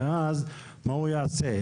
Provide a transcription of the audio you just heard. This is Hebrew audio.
ואז מה הוא יעשה?